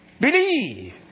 believe